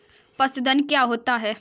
पशुधन क्या होता है?